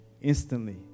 instantly